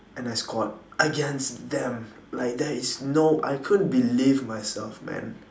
and I scored against them like there is no I couldn't believe myself man